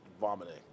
vomiting